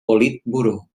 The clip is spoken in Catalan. politburó